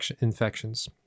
infections